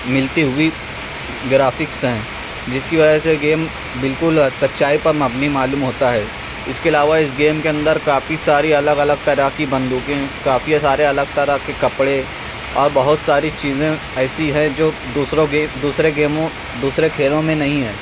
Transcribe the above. ملتی ہوئی گرافکس ہیں جس کی وجہ سے گیم بالکل سچائی پر مبنی معلوم ہوتا ہے اس کے علاوہ اس گیم کے اندر کافی ساری الگ الگ طرح کی بندوقیں کافی سارے الگ طرح کے کپڑے اور بہت ساری چیزیں ایسی ہیں جو دوسروں گے دوسرے گیموں دوسرے کھیلوں میں نہیں ہے